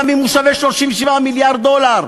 גם אם הוא שווה 37 מיליארד דולר,